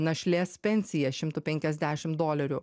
našlės pensija šimtu penkiasdešim dolerių